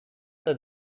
that